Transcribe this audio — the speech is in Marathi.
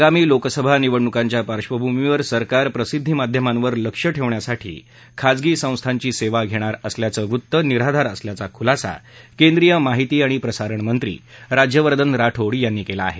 आगामी लोकसभा निवडणुकांच्या पार्श्वभूमीवर सरकार प्रसिद्धीमाध्यमांवर लक्ष ठेवण्यासाठी खाजगी संस्थांची सेवा घेणार असल्याचं वृत्त निराधार असल्याचा खुलासा माहिती आणि प्रसारण मंत्री राज्यवर्धन राठोड यांनी केला आहे